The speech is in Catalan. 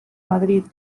madrid